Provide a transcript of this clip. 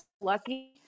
lucky